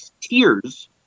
tears